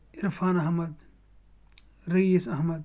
Irfan Ahmad Rais Ahmad